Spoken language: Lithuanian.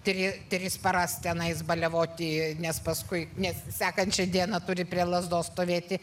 tri tris paras tenai baliavoti nes paskui nes sekančią dieną turi prie lazdos stovėti